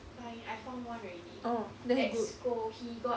orh that's good